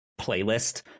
playlist